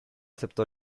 aceptó